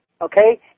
okay